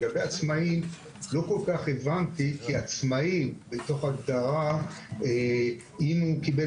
לגבי עצמאיים לא כל כך הבנתי כעצמאי בתוך הגדרה אם הוא קיבל